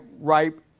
ripe